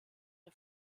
der